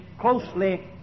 closely